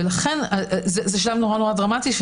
ולכן זה שלב נורא דרמטי,